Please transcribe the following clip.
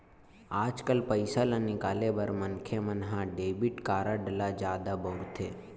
आजकाल पइसा ल निकाले बर मनखे मन ह डेबिट कारड ल जादा बउरथे